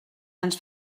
ens